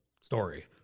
story